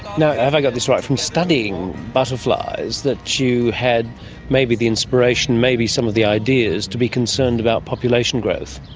have i got this right, from studying butterflies that you had maybe the inspiration, maybe some of the ideas to be concerned about population growth?